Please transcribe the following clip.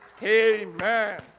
Amen